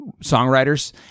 songwriters